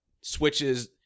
switches